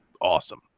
awesome